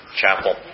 Chapel